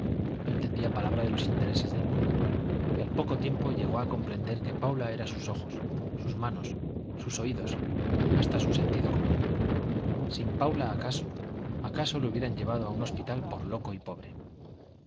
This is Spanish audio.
no entendía palabra de los intereses del mundo y al poco tiempo llegó a comprender que paula era sus ojos sus manos sus oídos hasta su sentido común sin paula acaso acaso le hubieran llevado a un hospital por loco y pobre